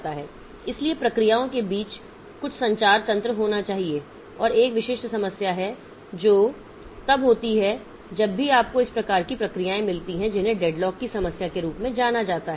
इसलिए प्रक्रियाओं के बीच कुछ संचार तंत्र होना चाहिए और एक विशिष्ट समस्या है जो तब होती है जब भी आपको इस प्रकार की कई प्रक्रियाएं मिलती हैं जिन्हें डेडलॉक की समस्या के रूप में जाना जाता है